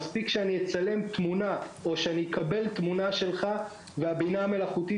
מספיק שאני אצלם תמונה שלך והבינה המלאכותית